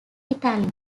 italy